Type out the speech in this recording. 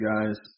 guys